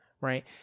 right